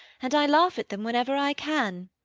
and i laugh at them whenever i can.